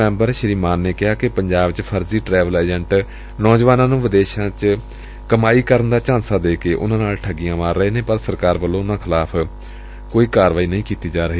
member ਸ੍ਰੀਮਾਨ ਨੇ ਕਿਹਾ ਕਿ ਪੰਜਾਬ ਚ ਫਰਜ਼ੀ ਟਰੈਵਲ ਏਜੰਟ ਨੌਜਵਾਨਾਂ ਨੂੰ ਵਿਦੇਸ਼ਾਂ ਚ ਕਮਾਈ ਕਰਨ ਦਾ ਝਾਂਸਾ ਦੇ ਕੇ ਉਨੂਾ ਨਾਲ ਠੱਗੀਆਂ ਮਾਰ ਰਹੇ ਨੇ ਪਰ ਸਰਕਾਰ ਵੱਲੋਂ ਉਨੂਾ ਖਿਲਾਫ਼ ਕੋਈ ਕਾਰਵਾਈ ਨਹੀਾ ਕੀਤੀ ਜਾ ਰਹੀ